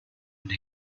into